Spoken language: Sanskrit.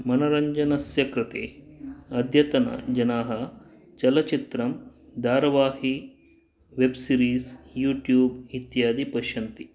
मनोरञ्जस्य कृते अद्यतन जनाः चलचित्रं दारावाहि वेब् सिरिज़् यूट्यूब् इत्यादि पश्यन्ति